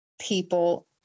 people